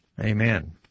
Amen